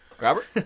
Robert